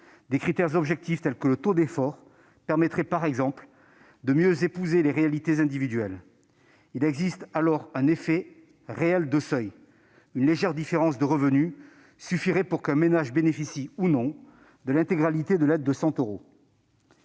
Des critères objectifs tels que le taux d'effort permettraient, par exemple, de mieux épouser les réalités individuelles. Il existera alors un réel effet de seuil : une légère différence de revenus suffira pour qu'un ménage bénéficie, ou non, de l'intégralité de l'aide de 100 euros.